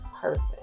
person